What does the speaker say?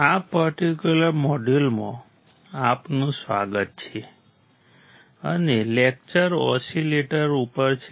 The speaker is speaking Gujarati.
આ પર્ટિક્યુલર મોડ્યુલમાં આપનું સ્વાગત છે અને લેક્ચર ઓસીલેટર ઉપર છે